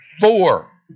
Four